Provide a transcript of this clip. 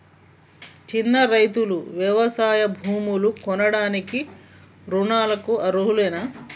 చిన్న రైతులు వ్యవసాయ భూములు కొనడానికి రుణాలకు అర్హులేనా?